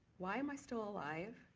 why am i still alive,